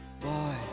boy